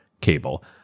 cable